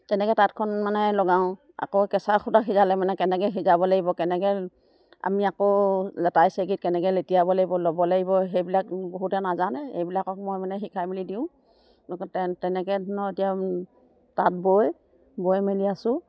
তেনেকৈ তাঁতখন মানে লগাওঁ আকৌ কেঁচা সূতা সিজালে মানে কেনেকৈ সিজাব লাগিব কেনেকৈ আমি আকৌ লেতাই চেৰেকীত কেনেকৈ লেটিয়াব লাগিব ল'ব লাগিব সেইবিলাক বহুতে নাজানে এইবিলাকক মই মানে শিকাই মেলি দিওঁ তেনেকৈ ধৰণৰ এতিয়া তাঁত বৈ বৈ মেলি আছো